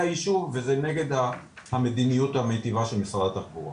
היישוב וזה נגד המדיניות המיטיבה של משרד התחבורה.